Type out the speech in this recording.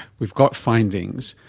we've got findings,